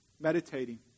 meditating